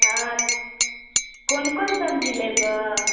हँ कोन कोन सब्जी लेबै